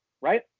right